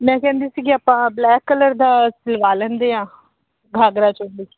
ਮੈਂ ਕਹਿੰਦੀ ਸੀ ਕਿ ਆਪਾਂ ਬਲੈਕ ਕਲਰ ਦਾ ਸਿਲਵਾ ਲੈਂਦੇ ਹਾਂ ਗਾਹਗ੍ਰਾ ਚੋਲੀ